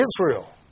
Israel